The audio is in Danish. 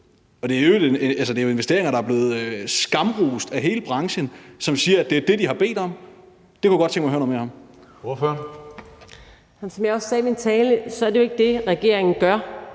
Det er i øvrigt investeringer, der er blevet skamrost af hele branchen, som siger, at det er det, de har bedt om. Det kunne jeg godt tænke mig at høre noget mere om. Kl. 15:15 Tredje næstformand (Karsten Hønge): Ordføreren.